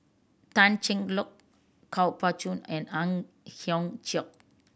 Tan Cheng Lock Kuo Pao Kun and Ang Hiong Chiok